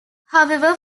however